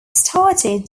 started